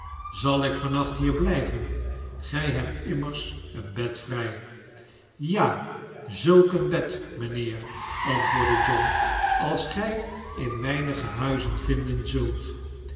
zal ik van nacht hier blijven gij hebt immers een bedvnj ja zulk een bed mijnheer antwoordde john als gij in weinig huizen vinden zult